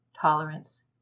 tolerance